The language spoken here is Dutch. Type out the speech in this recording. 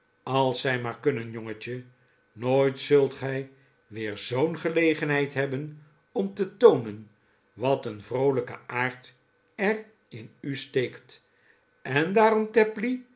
als zij maar kunnen jongetje nooit zult gij weer zoo'n gelegenheid hebben om te toonen wat een vroolijke aard er in u steekt en daarom tapley